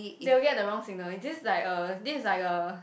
they will get the wrong signal if this is like a this is like a